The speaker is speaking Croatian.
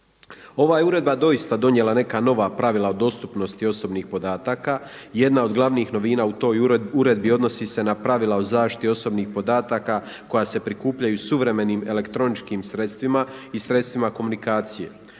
Ova je uredba doista donijela neka nova pravila o dostupnosti osobnih podataka, jedna od glavnih novina u toj uredbi odnosi se na pravila o zaštiti osobnih podataka koja se prikupljaju suvremenim elektroničkim sredstvima i sredstvima komunikacije.